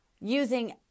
using